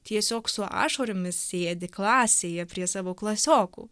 tiesiog su ašaromis sėdi klasėje prie savo klasiokų